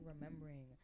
remembering